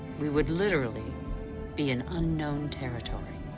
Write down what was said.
we would literally be in unknown territory.